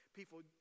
People